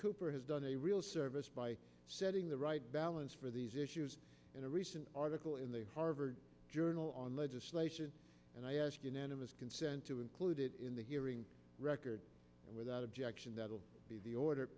cooper has done a real service by setting the right balance for these issues in a recent article in the harvard journal on legislation and i ask unanimous consent to include it in the hearing record without objection that will be the order